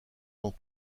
dans